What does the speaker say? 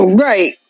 right